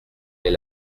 mais